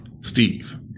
Steve